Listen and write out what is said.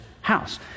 house